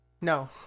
No